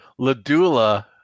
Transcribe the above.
ladula